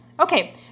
Okay